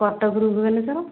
କଟକରୁ ଭୁବନେଶ୍ଵର